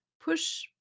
push